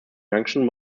junction